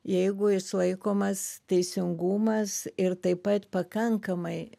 jeigu išlaikomas teisingumas ir taip pat pakankamai